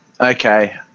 Okay